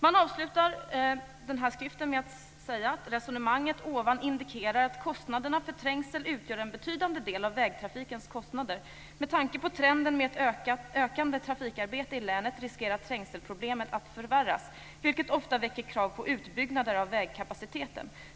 I slutet av skriften säger man: Resonemanget ovan indikerar att kostnaderna för trängsel utgör en betydande del av vägtrafikens kostnader. Med tanke på trenden med ett ökande trafikarbete i länet riskerar trängselproblemet att förvärras, vilket ofta väcker krav på utbyggnader av vägkapaciteten.